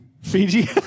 Fiji